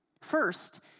First